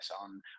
on